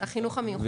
פה